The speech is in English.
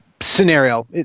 Scenario